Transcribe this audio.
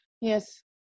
yes